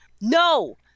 no